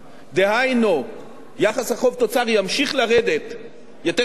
יחס החוב תוצר ימשיך לרדת יותר לאט אומנם גם ב-2013,